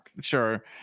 sure